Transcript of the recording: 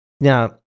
now